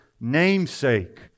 namesake